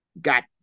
got